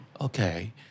Okay